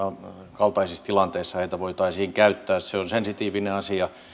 kaltaisissa tilanteissa heitä voitaisiin käyttää se on sensitiivinen asia